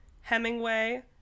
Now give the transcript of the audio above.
hemingway